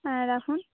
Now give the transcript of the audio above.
হ্যাঁ রাখুন